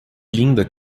linda